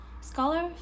Scholar